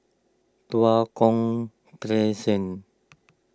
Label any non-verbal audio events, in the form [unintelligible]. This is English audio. Tua Kong [unintelligible]